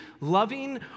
loving